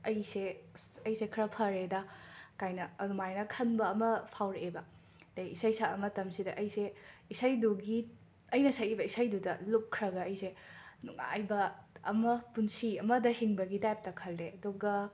ꯑꯩꯁꯦ ꯏꯁ ꯑꯩꯁꯦ ꯈꯔ ꯐꯔꯦꯗ ꯀꯥꯏꯅ ꯑꯗꯨꯃꯥꯏꯅ ꯈꯟꯕ ꯑꯃ ꯐꯥꯎꯔꯛꯑꯦꯕ ꯑꯗꯒꯤ ꯏꯁꯩ ꯁꯛꯄ ꯃꯇꯝꯁꯤꯗ ꯑꯩꯁꯦ ꯏꯁꯩꯗꯨꯒꯤ ꯑꯩꯅ ꯁꯛꯏꯕ ꯏꯁꯩꯗꯨꯗ ꯂꯨꯞꯈ꯭ꯔꯒ ꯑꯩꯁꯦ ꯅꯨꯡꯉꯥꯏꯕ ꯑꯃ ꯄꯨꯟꯁꯤ ꯑꯃꯗ ꯍꯤꯡꯕꯒꯤ ꯇꯥꯏꯞꯇ ꯈꯜꯂꯦ ꯑꯗꯨꯒ